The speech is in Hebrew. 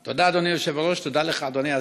תודה, אדוני היושב-ראש, תודה לך אדוני השר.